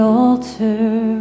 altar